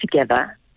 together